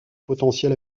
potentiel